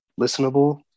listenable